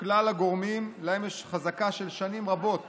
כלל הגורמים שיש להם חזקה של שנים רבות